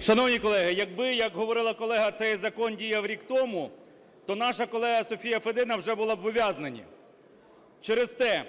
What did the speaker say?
Шановні колеги, як би, як говорила колега, цей закон діяв рік тому, то наша колега Софія Федина вже була б в ув'язненні. Через те